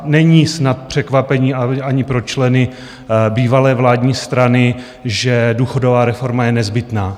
Není snad překvapením ani pro členy bývalé vládní strany, že důchodová reforma je nezbytná.